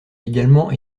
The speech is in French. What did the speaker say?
également